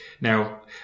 Now